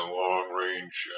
long-range